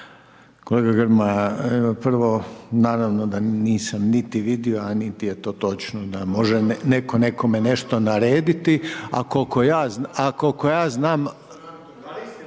Kolega Grmoja, prvo naravno da nisam niti vidio, a niti je to točno da može neko nekome nešto narediti, a koliko ja znam